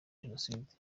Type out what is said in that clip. jenoside